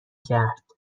کرد